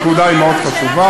הנקודה היא מאוד חשובה,